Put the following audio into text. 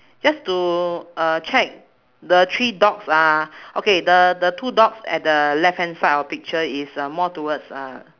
just to uh check the three dogs uh okay the the two dogs at the left hand side of picture is uh more towards uh